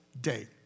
day